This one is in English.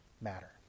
matter